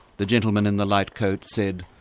the gentleman in the light coat said,